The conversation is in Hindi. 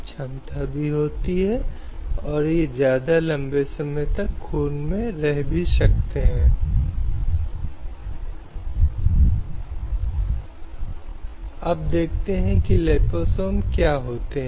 हमने देखा है कि संविधान समानता के अधिकार कानून के समक्ष समानता और कानूनों के समान संरक्षण की गारंटी देता है